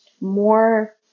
more